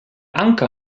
anker